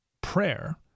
prayer